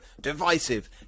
divisive